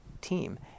team